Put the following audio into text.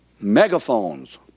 megaphones